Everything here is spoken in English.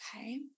Okay